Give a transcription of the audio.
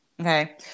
okay